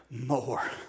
more